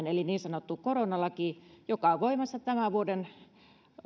eli niin sanottu koronalaki joka on voimassa tämän vuoden